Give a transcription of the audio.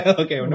okay